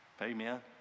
amen